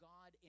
God